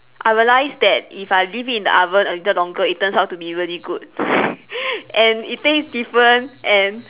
I realise that if I leave it in the oven a little longer it turns out to be really good and it taste different and